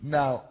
Now